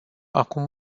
acum